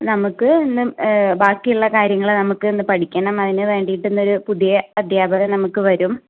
നമുക്ക് ഇന്ന് ബാക്കിയുള്ള കാര്യങ്ങൾ നമുക്ക് ഇന്ന് പഠിക്കണം അതിന് വേണ്ടിയിട്ട് ഇന്ന് ഒരു പുതിയ അധ്യാപകൻ നമുക്ക് വരും